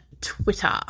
Twitter